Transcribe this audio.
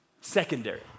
secondary